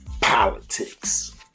politics